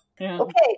Okay